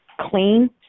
clean